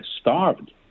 starved